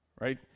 right